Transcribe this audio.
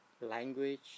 language